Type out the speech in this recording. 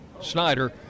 Snyder